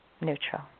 Neutral